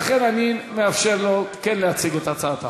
לכן אני מאפשר לו כן להציג את הצעת החוק.